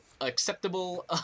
acceptable